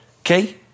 Okay